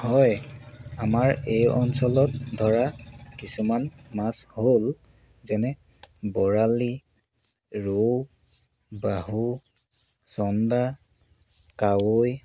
হয় আমাৰ এই অঞ্চলত ধৰা কিছুমান মাছ হ'ল যেনে বৰালি ৰৌ বাহু চন্দা কাৱৈ